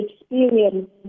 experience